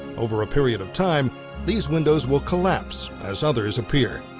over a period of time these windows will collapse as others appear.